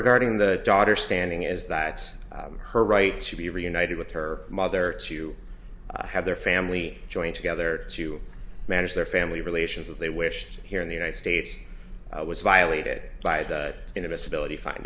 guarding the daughter standing is that her right to be reunited with her mother to have their family join together to manage their family relations as they wished here in the united states was violated by the inadmissibility fund